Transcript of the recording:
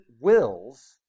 wills